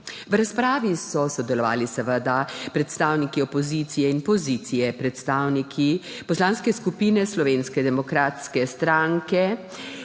V razpravi so seveda sodelovali predstavniki opozicije in pozicije. Predstavniki Poslanske skupine Slovenske demokratske stranke